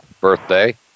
birthday